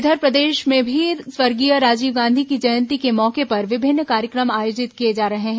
इधर प्रदेश में भी स्वर्गीय राजीव गांधी की जयंती के मौके पर विभिन्न कार्यक्रम आयोजित किए जा रहे हैं